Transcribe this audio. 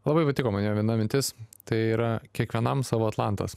labai patiko man jo viena mintis tai yra kiekvienam savo atlantas